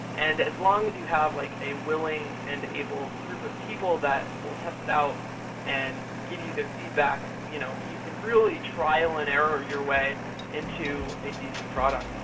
and as long as you have like a willing and able group of people that will test it out and give you their feedback, you know you you can really trial and error your way into a decent product